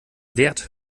wert